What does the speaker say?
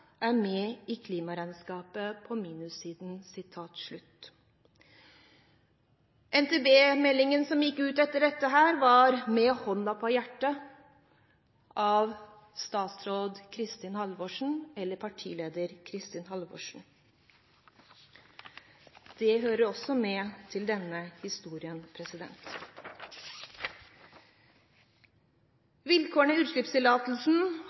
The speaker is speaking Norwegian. er med i klimaregnskapet på minussiden.» NTB-meldingen som gikk ut etter dette, var «med hånden på hjertet» av statsråd Kristin Halvorsen eller partileder Kristin Halvorsen. Det hører også med til denne historien. Vilkårene i utslippstillatelsen